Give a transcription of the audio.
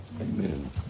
Amen